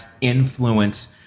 influence